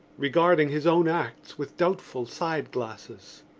regarding his own acts with doubtful side-glances.